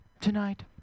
tonight